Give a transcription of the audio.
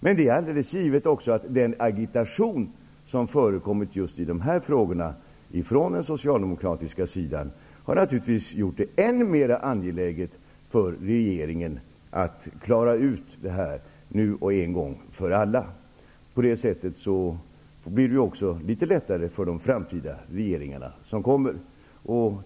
Men det är alldeles givet att den agitation som har förts fram från den socialdemokratiska sidan när det gäller just dessa frågor har naturligtvis gjort det ännu mer angeläget för regeringen att klara ut detta en gång för alla. På det sättet blir det ju också litet lättare för framtida regeringar.